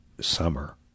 summer